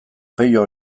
pello